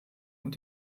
und